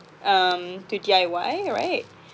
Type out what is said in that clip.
um to D_I_Y right